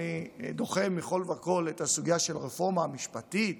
אני דוחה מכול וכול את הסוגיה של הרפורמה המשפטית